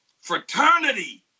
fraternity